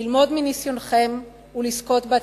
ללמוד מניסיונכם ולזכות בעצותיכם.